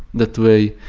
that way.